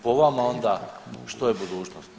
Po vama onda što je budućnost?